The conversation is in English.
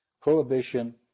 Prohibition